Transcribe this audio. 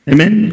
Amen